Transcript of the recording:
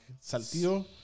Saltillo